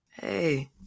Hey